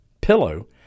Pillow